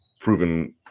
proven